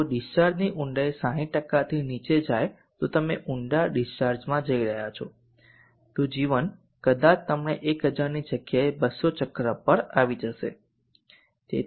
જો ડીસ્ચાર્જની ઊંડાઈ 60 ની નીચે જાય તો તમે ઊંડા ડીસ્ચાર્જમાં જઈ રહ્યા છો તો જીવન કદાચ અમને 1000 ની જગ્યાએ 200 ચક્ર પર આવી જશે